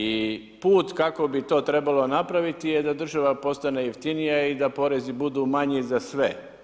I put kako bi to trebalo napraviti je da država postane jeftinija i da porezi budu manji za sve.